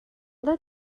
that